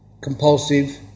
compulsive